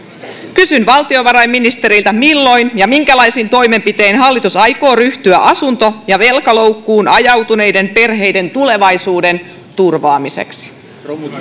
kysyn valtiovarainministeriltä milloin ja minkälaisiin toimenpiteisiin hallitus aikoo ryhtyä asunto ja velkaloukkuun ajautuneiden perheiden tulevaisuuden turvaamiseksi